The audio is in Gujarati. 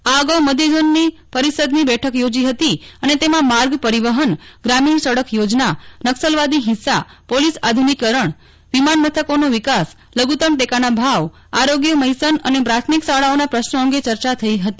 આ અગાઉ મધ્યઝોનની પરિષદની બેઠક યોજી હતી અને તેમાં માર્ગ પરિવહન શ્રામીણ સડક યોજના નકસલવાદી હીંસા પોલીસ આધુનિકરણ વિમાનમથકોના વિકાસ લઘુત્તમ ટેકાના ભાવઆરોગ્ય મઇસન અને પ્રાથમિક શાળાઓના પ્રશ્નો અંગે ચર્ચા થઇ હતી